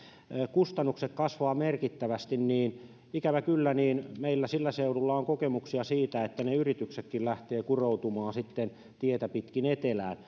kustannukset kasvavat merkittävästi niin ikävä kyllä meillä sillä seudulla on kokemuksia siitä että ne yrityksetkin lähtevät kuroutumaan sitten tietä pitkin etelään